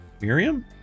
Miriam